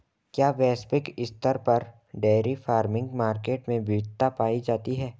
क्या वैश्विक स्तर पर डेयरी फार्मिंग मार्केट में विविधता पाई जाती है?